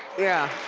yeah,